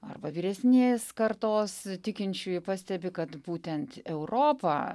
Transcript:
arba vyresnės kartos tikinčiųjų pastebi kad būtent europa